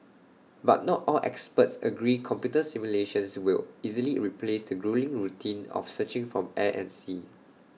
but not all experts agree computer simulations will easily replace the gruelling routine of searching from air and sea